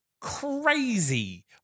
crazy